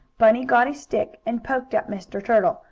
bunny got a stick, and poked at mr. turtle,